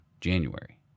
January